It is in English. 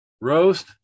Roast